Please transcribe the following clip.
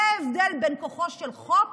זה ההבדל בין כוחו של חוק